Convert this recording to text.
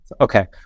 okay